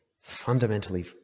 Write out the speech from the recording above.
fundamentally